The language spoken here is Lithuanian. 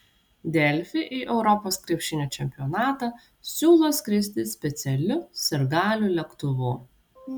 delfi į europos krepšinio čempionatą siūlo skristi specialiu sirgalių lėktuvu